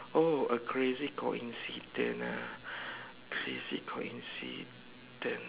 oh a crazy coincident ah crazy coincident